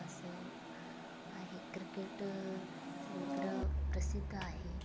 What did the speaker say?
असं आहे क्रिकेट सगळीकडं प्रसिद्ध आहे